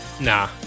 nah